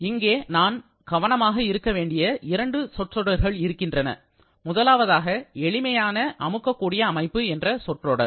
இங்கே நாம் கவனமாக இருக்க வேண்டிய இரண்டு சொற்றொடர்கள் இருக்கின்றன முதலாவதாக எளிமையான அமுக்க கூடிய அமைப்பு என்ற சொற்றொடர்